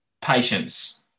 Patience